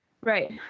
Right